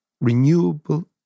renewable